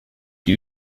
die